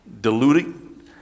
deluding